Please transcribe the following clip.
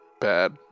bad